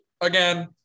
Again